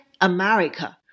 America